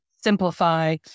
simplify